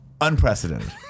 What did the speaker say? Unprecedented